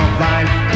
life